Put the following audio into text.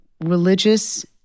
religious